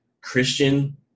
Christian